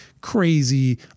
crazy